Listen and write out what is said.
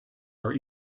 our